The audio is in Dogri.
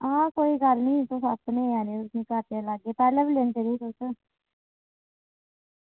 आं तुस अपने गै न घट्ट गै लैंदे रेह् तुस अपने गै न